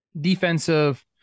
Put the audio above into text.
defensive